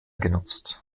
genutzt